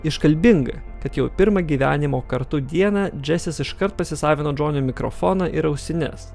iškalbinga kad jau pirmą gyvenimo kartu dieną džesis iškart pasisavino džonio mikrofoną ir ausines